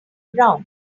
brown